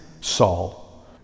Saul